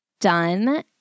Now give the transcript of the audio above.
done